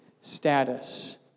status